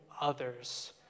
others